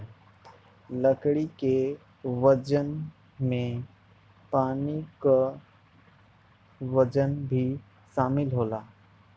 लकड़ी के वजन में पानी क वजन भी शामिल होला